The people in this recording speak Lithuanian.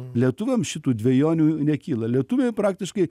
lietuviam šitų dvejonių nekyla lietuviai praktiškai